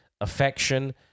affection